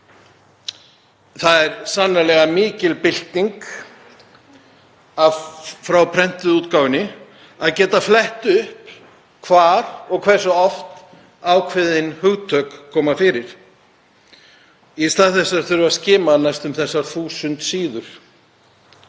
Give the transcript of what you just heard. Það er sannarlega mikil bylting frá prentuðu útgáfunni að geta flett upp hvar og hversu oft ákveðin hugtök koma fyrir í stað þess að þurfa að skima þessar eitt þúsund síður